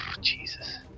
Jesus